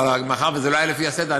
אבל מאחר שזה לא היה לפי הסדר,